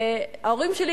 ההורים שלי,